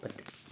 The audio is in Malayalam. പറ്റും